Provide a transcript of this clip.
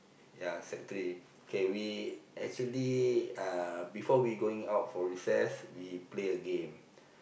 yeah sec three K we actually uh before we going out for recess we play a game